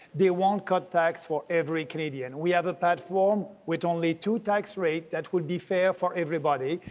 they won't cut tax for every canadian. we have a platform with only two tax rates that will be fair for everybody,